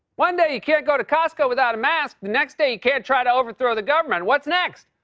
one day you can't go to costco without a mask, the next day, you can't try to overthrow the government. what's next?